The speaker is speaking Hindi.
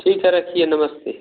ठीक है रखिए नमस्ते